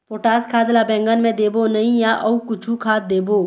Potash खाद ला बैंगन मे देबो नई या अऊ कुछू खाद देबो?